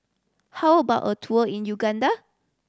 how about a tour in Uganda